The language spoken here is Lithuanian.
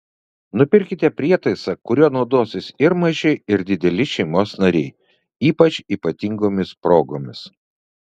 nupirkite prietaisą kuriuo naudosis ir maži ir dideli šeimos nariai ypač ypatingomis progomis